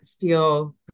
feel